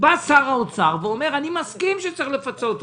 שר האוצר אומר: אני מסכים שצריך לפצות אותם,